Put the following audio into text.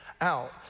out